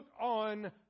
on